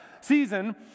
season